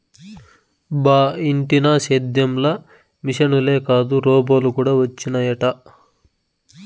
బా ఇంటినా సేద్యం ల మిశనులే కాదు రోబోలు కూడా వచ్చినయట